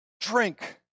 drink